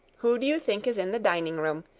who do you think is in the dining-room?